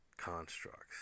constructs